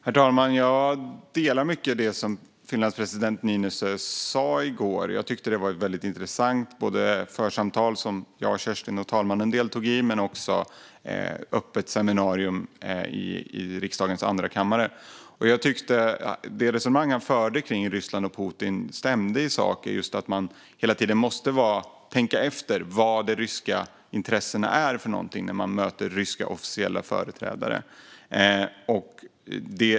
Herr talman! Jag instämmer i mycket av det som Finlands president Niinistö sa i går. Både det församtal som jag, Kerstin och talmannen deltog i och det öppna seminariet i riksdagens andrakammarsal tyckte jag var mycket intressanta. Det resonemang han förde kring Ryssland och Putin tycker jag stämde i sak, det vill säga att man hela tiden måste tänka efter vilka de ryska intressena är när man möter ryska officiella företrädare.